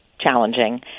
challenging